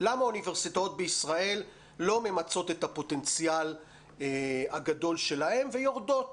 למה האוניברסיטאות בישראל לא ממצות את הפוטנציאל הגדול שלהן ויורדות.